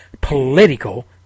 political